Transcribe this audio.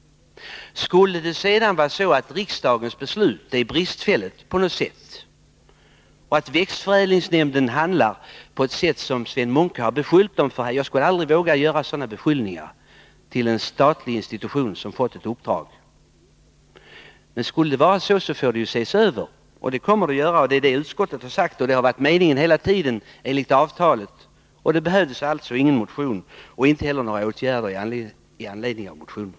Skulle riksdagens beslut vara bristfälligt på något sätt och växtförädlings nämnden handlar på ett sådant sätt som Sven Munke har beskyllt den för — jag skulle aldrig våga komma med sådana beskyllningar mot en statlig institution som fått ett uppdrag — så får beslutet ses över. Det kommer vi att göra — det har utskottet sagt, och det har varit meningen hela tiden, enligt avtalet. Det behövdes alltså inte någon motion och inte heller några åtgärder med anledning av motionen.